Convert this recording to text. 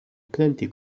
plenty